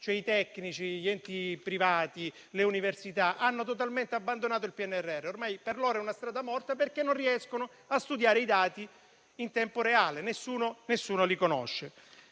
I tecnici, gli enti privati e le università hanno totalmente abbandonato il PNRR. Ormai per loro è una strada morta, perché non riescono a studiare i dati in tempo reale. Nessuno li conosce.